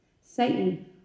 Satan